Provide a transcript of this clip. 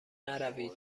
نروید